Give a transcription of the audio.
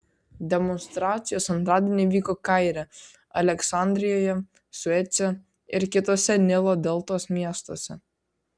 demonstracijos antradienį vyko kaire aleksandrijoje suece ir kituose nilo deltos miestuose